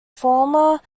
former